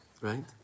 right